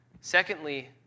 Secondly